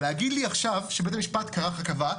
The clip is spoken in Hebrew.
אבל להגיד לי עכשיו שבית המשפט כך קבע,